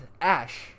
Ash